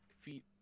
feet